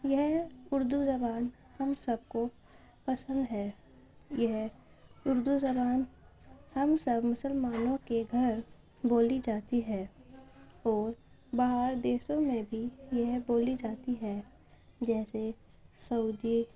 یہ اردو زبان ہم سب کو پسند ہے یہ اردو زبان ہم سب مسلمانوں کے گھر بولی جاتی ہے اور باہر دیشوں میں بھی یہ بولی جاتی ہے جیسے سعودی